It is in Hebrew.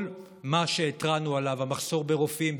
זה כל מה שהתרענו עליו: המחסור ברופאים,